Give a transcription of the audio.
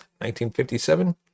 1957